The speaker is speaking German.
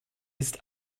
ist